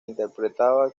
interpretaba